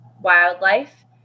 wildlife